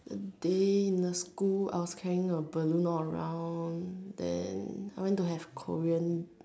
that day in the school I was carrying a balloon all around then I went to have Korean